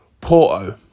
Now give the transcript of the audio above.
Porto